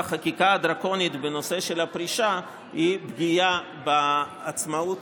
החקיקה הדרקונית בנושא של הפרישה היא פגיעה בעצמאות